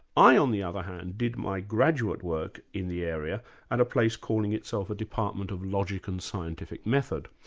i, on the other hand, did my graduate work in the area at a place calling itself a department of logic and scientific method.